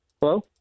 Hello